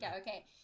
Okay